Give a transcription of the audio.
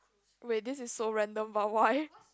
wait this is so random about why